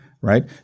right